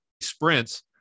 sprints